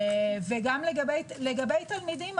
לגבי תלמידים,